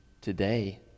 today